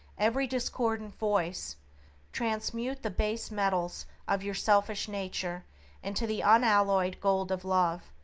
every discordant voice transmute the base metals of your selfish nature into the unalloyed gold of love,